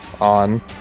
on